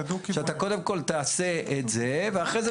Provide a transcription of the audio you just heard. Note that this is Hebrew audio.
שאתה קודם כל תעשה את זה ואחרי זה